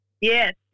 Yes